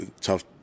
tough